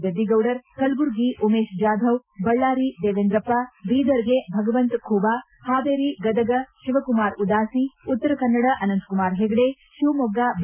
ಗದ್ದಿಗೌಡರ್ ಕಲಬುರಗಿ ಉಮೇಶ್ ಜಾಧವ್ ಬಳ್ಳಾರಿ ದೇವೇಂದ್ರಪ್ಪ ಬೀದರ್ಗೆ ಭಗವಂತ ಖೂಬಾ ಹಾವೇರಿ ಗದಗ ಶಿವಕುಮಾರ್ ಉದಾಸಿ ಉತ್ತರ ಕನ್ನಡ ಅನಂತಕುಮಾರ್ ಹೆಗಡೆ ಶಿವಮೊಗ್ಗ ಬಿ